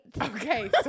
Okay